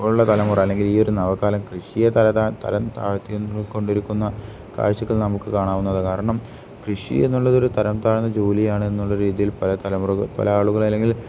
ഇപ്പോഴുള്ള തലമുറ അല്ലെങ്കിൽ ഈ ഒരു നവകാലം കൃഷിയെ തരം താഴ്ത്തിക്കൊണ്ടിരിക്കുന്ന കാഴ്ചക്കൾ നമുക്ക് കാണാവുന്നത് കാരണം കൃഷി എന്നുള്ളത് ഒരു തരം താഴ്ന്ന ജോലിയാണ് എന്നുള്ള രീതിയിൽ പല തലമുറ പല ആളുകൾ അല്ലെങ്കിൽ